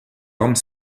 arme